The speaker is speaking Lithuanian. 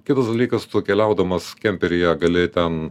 kitas dalykas tu keliaudamas kemperyje gali ten